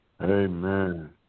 Amen